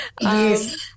Yes